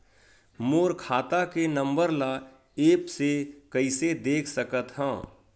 मोर खाता के नंबर ल एप्प से कइसे देख सकत हव?